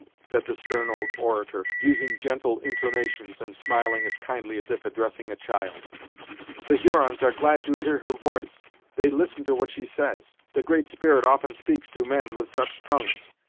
said the stern old orator, using gentle intonations and smiling as kindly as if addressing a child the hurons are glad to hear her voice they listen to what she says. the great spirit often speaks to men with such tongues.